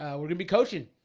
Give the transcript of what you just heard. we're gonna be coaching,